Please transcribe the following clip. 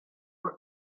were